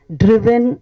driven